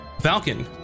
Falcon